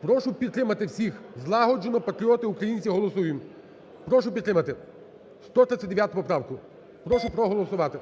Прошу підтримати всіх злагоджено. Патріоти, українці, голосуєм! Прошу підтримати 139 поправку. Прошу проголосувати.